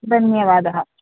धन्यवादः